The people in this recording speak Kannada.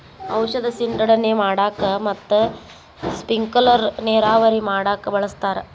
ಔಷದ ಸಿಂಡಣೆ ಮಾಡಾಕ ಮತ್ತ ಸ್ಪಿಂಕಲರ್ ನೇರಾವರಿ ಮಾಡಾಕ ಬಳಸ್ತಾರ